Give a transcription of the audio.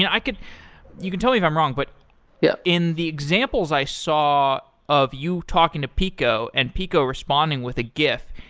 yeah i could you can tell me if i'm wrong, but yeah in the examples i saw of you talking to peeqo and peeqo responding with a gif,